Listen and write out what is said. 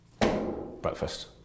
breakfast